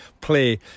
play